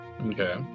Okay